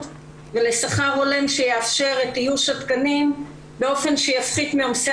ולשכר הולם שיאפשר את איוש התקנים באופן שיפחית מעומסי